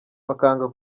bakanga